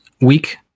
week